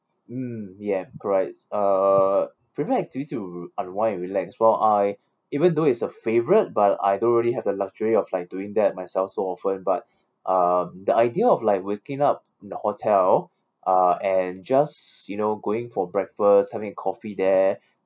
um ya correct uh favourite activity to unwind and relax well I even though is a favourite but I don't really have the luxury of like doing that myself so often but uh the idea of like waking up in the hotel uh and just you know going for breakfast having a coffee there